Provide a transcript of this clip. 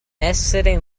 essere